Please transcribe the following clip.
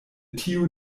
tio